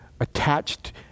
attached